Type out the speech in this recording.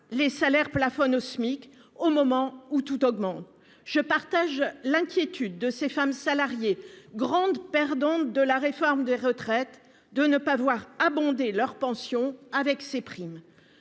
Les salaires plafonne au SMIC au moment où tout augmente, je partage l'inquiétude de ces femmes salariées grandes perdantes de la réforme des retraites, de ne pas voir abonder leur pension avec ses primes.